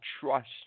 trust